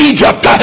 Egypt